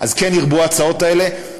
אז כן ירבו ההצעות האלה,